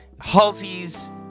Halsey's